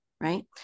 right